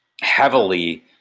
heavily